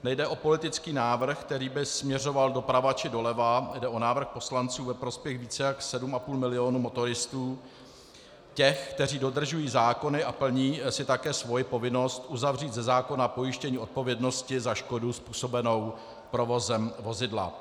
Nejde o politický návrh, který by směřoval doprava či doleva, jde o návrh poslanců ve prospěch více jak sedm a půl milionu motoristů, těch, kteří dodržují zákony a plní si také svoji povinnost uzavřít ze zákona pojištění odpovědnosti za škodu způsobenou provozem vozidla.